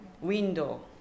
window